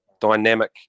dynamic